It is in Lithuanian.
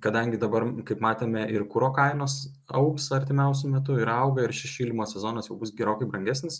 kadangi dabar kaip matėme ir kuro kainos augs artimiausiu metu ir auga ir šis šildymo sezonas bus gerokai brangesnis